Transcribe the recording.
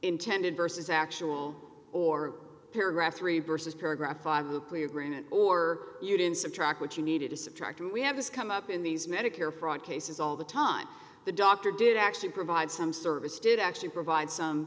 intended versus actual or paragraph three versus paragraph five the plea agreement or you didn't subtract what you needed to subtract what we have has come up in these medicare fraud cases all the time the doctor did actually provide some service did actually provide some